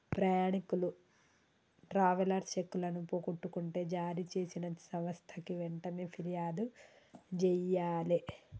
ప్రయాణీకులు ట్రావెలర్స్ చెక్కులను పోగొట్టుకుంటే జారీచేసిన సంస్థకి వెంటనే పిర్యాదు జెయ్యాలే